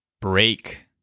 Break